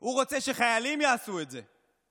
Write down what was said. הוא רוצה שחיילים יעשו את זה.